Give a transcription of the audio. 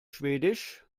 schwedisch